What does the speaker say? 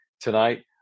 tonight